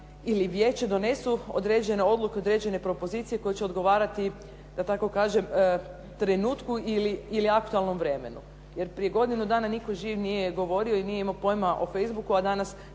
ili vijeće donesu određene odluke, određene propozicije koje će odgovarati da tako kažem trenutku ili aktualnom vremenu. Jer prije godinu dana nitko živ nije govorio i nije imao pojma o Facebooku,